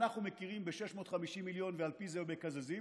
אנחנו מכירים ב-650 מיליון ועל פי זה מקזזים,